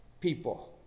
people